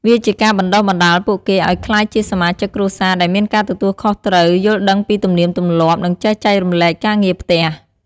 វាជាការបណ្ដុះបណ្ដាលពួកគេឲ្យក្លាយជាសមាជិកគ្រួសារដែលមានការទទួលខុសត្រូវ យល់ដឹងពីទំនៀមទម្លាប់ និងចេះចែករំលែកការងារផ្ទះ។